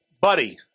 Buddy